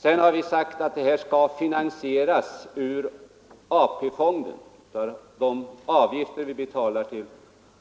Sedan har vi sagt att detta skall finansieras ur de avgifter som vi betalar till